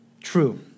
true